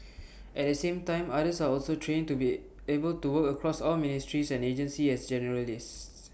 at the same time others are also trained to be able to work across all ministries and agencies as generalists